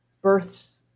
births